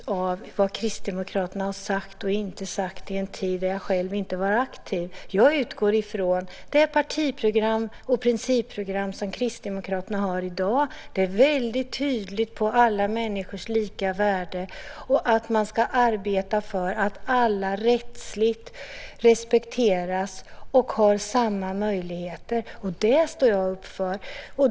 Fru talman! Jag hade inte tänkt att göra någon historisk analys av vad Kristdemokraterna har sagt och inte sagt i en tid då jag själv inte var aktiv. Jag utgår från det partiprogram och principprogram som Kristdemokraterna har i dag. Det är väldigt tydligt vad gäller alla människors lika värde och att man ska arbeta för att alla rättsligt respekteras och har samma möjligheter. Det står jag upp för.